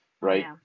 right